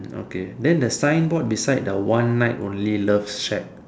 okay then the sign board beside the one night only love shack